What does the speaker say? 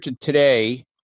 today